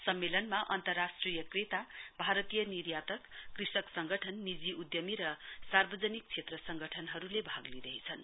सम्मेलनमा अन्तरराष्ट्रिय क्रेता भारतीय निर्यातक कृषक संगठन निजी उद्यमी र सार्वजनिक क्षेत्र संगठनहरूले भाग लिइरहेछन्